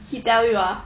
he tell you ah